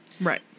Right